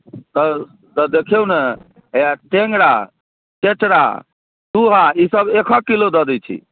तऽ तऽ देखियौ ने हैया टेङ्गरा चेचरा सूहा ईसभ एकहक किलो दऽ दैत छी